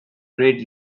great